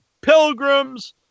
pilgrims